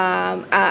um uh